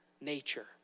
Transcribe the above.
nature